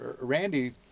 Randy